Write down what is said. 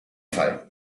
fall